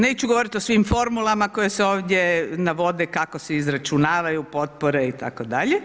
Neću govoriti o svim formulama koje se ovdje navode kako se izračunavaju potpore itd.